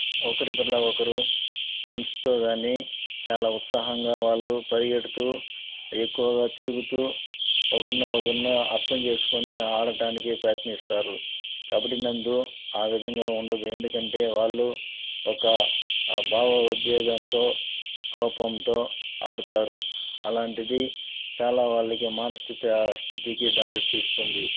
ఒకరిపట్ల ఒకరు ఫ్రెండ్స్తో కాని చాలా ఉత్సాహంగా వాళ్ళు పరిగెడుతూ ఎక్కువగా తిరుగుతూ ఒకరిని ఒకరు అర్థం చేసుకొని ఆడటానికి ప్రయత్నిస్తారు కబడ్డీ నందు ఆ విధంగా ఉండదు ఎందుకంటే వాళ్లు ఒక భావోద్వేగంతో కోపంతో ఆడుతారు అలాంటిది చాలా వాళ్ళకి మానసిక స్థితికి దారితీస్తుంది